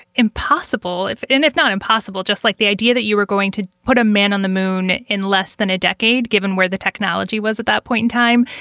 impossible if and if not impossible, just like the idea that you were going to put a man on the moon in less than a decade. given where the technology was at that point in time,